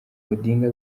odinga